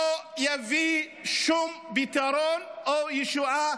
לא יביא שום פתרון או ישועה,